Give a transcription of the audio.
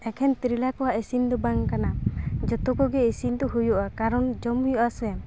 ᱮᱠᱷᱮᱱ ᱛᱤᱨᱞᱟᱹ ᱠᱚᱣᱟᱜ ᱤᱥᱤᱱ ᱫᱚ ᱵᱟᱝ ᱠᱟᱱᱟ ᱡᱚᱛᱚ ᱠᱚᱜᱮ ᱤᱥᱤᱱ ᱫᱚ ᱦᱩᱭᱩᱜᱼᱟ ᱠᱟᱨᱚᱱ ᱡᱚᱢ ᱦᱩᱭᱩᱜᱼᱟ ᱥᱮ